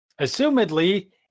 assumedly